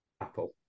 Apple